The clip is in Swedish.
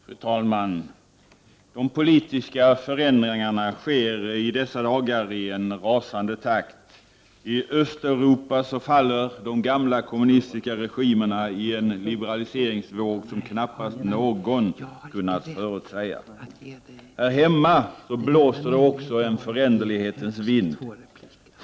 Fru talman! De politiska förändringarna sker i dessa dagar i en rasande takt. I Östeuropa faller de gamla kommunistiska regimerna i en liberaliseringsvåg som knappast någon kunnat förutsäga. Här hemma blåser det också en föränderlighetens vind.